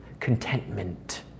Contentment